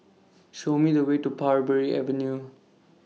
Show Me The Way to Parbury Avenue